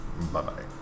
Bye-bye